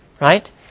right